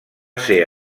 ser